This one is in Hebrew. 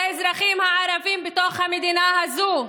ונגד האזרחים הערבים בתוך המדינה הזאת.